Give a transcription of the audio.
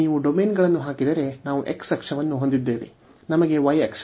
ನೀವು ಡೊಮೇನ್ಗಳನ್ನು ಹಾಕಿದರೆ ನಾವು x ಅಕ್ಷವನ್ನು ಹೊಂದಿದ್ದೇವೆ ನಮಗೆ y ಅಕ್ಷವಿದೆ